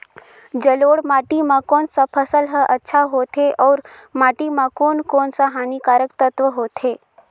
जलोढ़ माटी मां कोन सा फसल ह अच्छा होथे अउर माटी म कोन कोन स हानिकारक तत्व होथे?